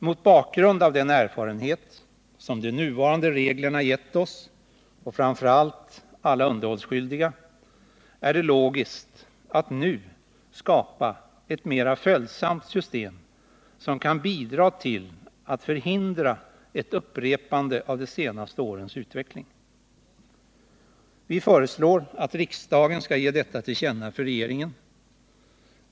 Mot bakgrund av den erfarenhet som de nuvarande reglerna gett oss, och framför allt alla underhållsskyldiga, är det logiskt att nu skapa ett mera följsamt system som kan bidra till att förhindra ett upprepande av de senaste årens utveckling. Vi föreslår att riksdagen skall ge detta till känna för regeringen.